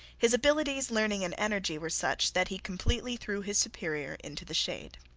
his abilities, learning, and energy were such that he completely threw his superior into the shade.